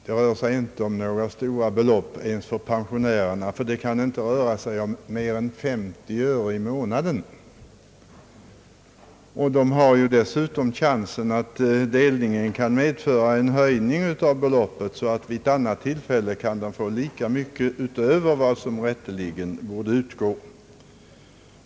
Det rör sig inte om några stora belopp ens för pensionärerna, det kan inte gälla mer än 50 öre i månaden. Genom förslaget har pensionärerna dessutom chansen att delningen kan medföra en höjning av beloppet, så att de vid ett annat tillfälle kan få lika mycket utöver vad som rätteligen borde utgå.